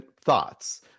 thoughts